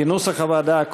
כנוסח הוועדה,